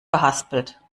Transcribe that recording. verhaspelt